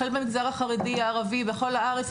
החל במגזר החרדי והערבי בכל הארץ.